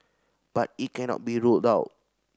but it cannot be ruled out